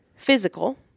Physical